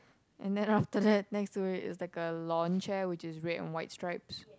and then after that next to it is like a lounge chair which is red and white stripes